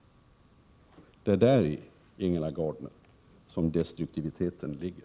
Det är däri, Ingela Gardner, som destruktiviteten ligger.